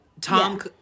Tom